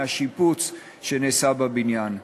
מהשיפוץ שנעשה בבניין.